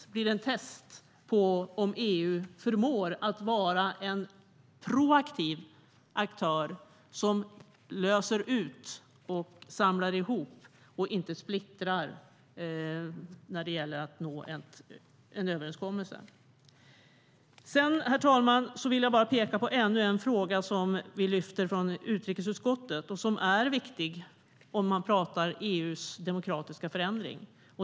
Där blir Paris ett test på om EU förmår att vara en proaktiv aktör som löser ut och samlar ihop, inte splittrar, när det gäller att nå en överenskommelse. Sedan, herr talman, vill jag bara peka på ännu en fråga som vi lyfter upp från utrikesutskottet och som är viktig om man pratar om EU:s demokratiska förändring.